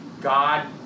God